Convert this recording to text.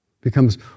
becomes